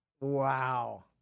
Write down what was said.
Wow